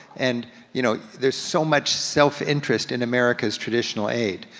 and you know there's so much self-interest in america's traditional aid.